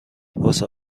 واسه